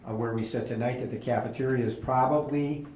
ah where we said tonight that the cafeteria is probably,